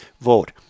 vote